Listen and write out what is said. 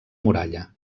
muralla